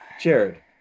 Jared